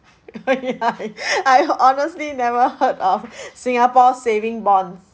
ya I honestly never heard of singapore saving bonds